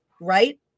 right